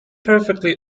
perfectly